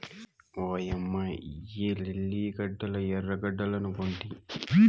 ఓయమ్మ ఇయ్యి లిల్లీ గడ్డలా ఎర్రగడ్డలనుకొంటి